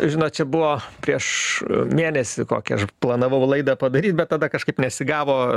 žinot čia buvo prieš mėnesį kokį aš planavau laidą padaryt bet tada kažkaip nesigavo